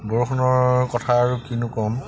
বৰষুণৰ কথা আৰু কিনো ক'ম